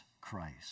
Christ